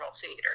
theater